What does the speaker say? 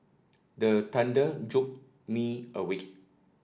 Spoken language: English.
the thunder jolt me awake